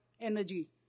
energy